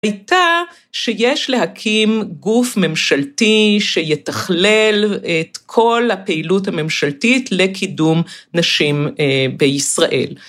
הייתה שיש להקים גוף ממשלתי שיתכלל את כל הפעילות הממשלתית לקידום נשים בישראל.